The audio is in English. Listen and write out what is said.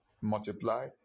multiply